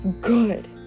good